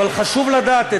אבל חשוב לדעת,